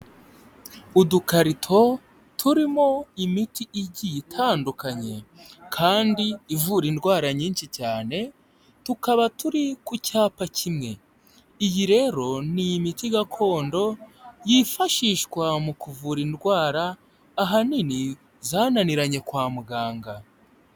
Udukarito turimo imiti igiye itandukanye kandi ivura indwara nyinshi cyane, tukaba turi ku cyapa kimwe. Iyi rero ni imiti gakondo yifashishwa mu kuvura indwara, ahanini zananiranye kwa muganga.